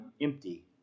empty